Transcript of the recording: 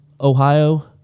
Ohio